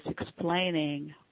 explaining